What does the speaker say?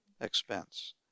expense